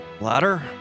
ladder